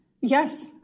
Yes